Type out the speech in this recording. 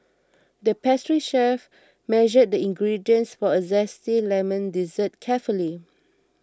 the pastry chef measured the ingredients for a Zesty Lemon Dessert carefully